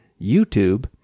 YouTube